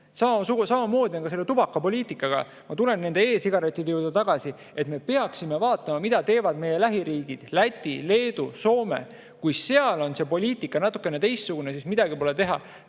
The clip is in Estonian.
Samamoodi on tubakapoliitikaga. Ma tulen e‑sigarettide juurde tagasi. Me peaksime vaatama, mida teevad meie lähiriigid Läti, Leedu ja Soome. Kui seal on see poliitika natukene teistsugune, siis midagi pole teha.